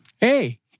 hey